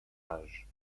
âge